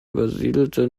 übersiedelte